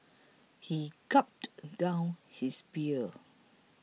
he gulped down his beer